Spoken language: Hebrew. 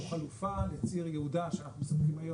הוא חלופה לציר יהודה שאנחנו עושים היום